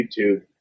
YouTube